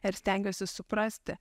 ir stengiuosi suprasti